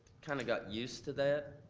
kind of got used to that,